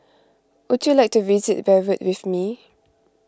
would you like to visit Beirut with me